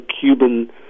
Cuban